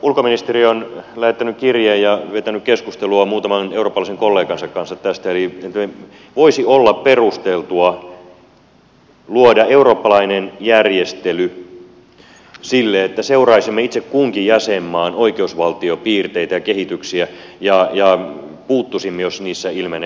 ulkoministeri on lähettänyt kirjeen ja vetänyt keskustelua muutaman eurooppalaisen kollegansa kanssa tästä eli voisi olla perusteltua luoda eurooppalainen järjestely sille että seuraisimme itse kunkin jäsenmaan oikeusvaltiopiirteitä ja kehitystä ja puuttuisimme jos niissä ilmenee ongelmia